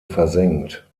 versenkt